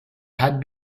had